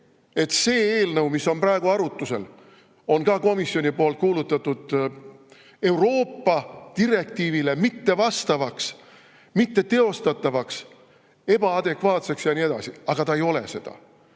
et see eelnõu, mis on praegu arutusel, on ka komisjoni poolt kuulutatud Euroopa direktiivile mittevastavaks, mitteteostatavaks, ebaadekvaatseks ja nii edasi. Aga ta ei ole seda!